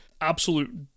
absolute